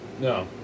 No